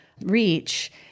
reach